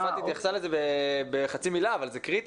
יפעת התייחסה לזה בחצי מילה אבל זה קריטי.